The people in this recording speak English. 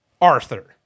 Arthur